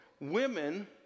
Women